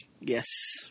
Yes